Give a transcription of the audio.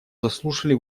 заслушали